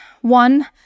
One